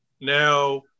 now